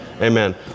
amen